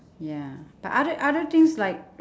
ya but other other things like